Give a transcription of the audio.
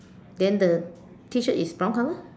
then the T shirt is brown color